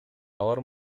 алар